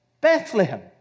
Bethlehem